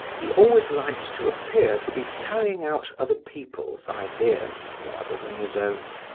he always liked to appear to be carrying out other people's ideas rather than his own.